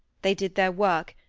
they did their work,